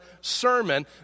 sermon